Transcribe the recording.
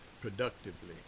productively